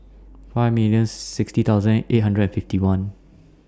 five millions sixty thousand eight hundred and fifty one